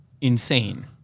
insane